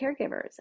caregivers